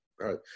right